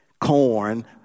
corn